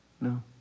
No